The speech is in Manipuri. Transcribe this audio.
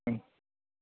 ꯎꯝ